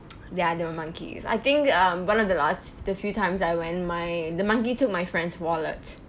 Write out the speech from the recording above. ya there were monkeys I think uh one of the last the few times I went my the monkey took my friend's wallet